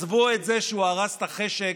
עזבו את זה שהוא הרס את החשק,